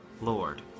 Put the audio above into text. Lord